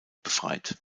befreit